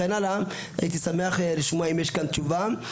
הייתי שמח לשמוע אם יש כאן תשובה.